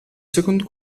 secondo